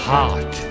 Heart